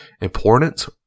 importance